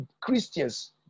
Christians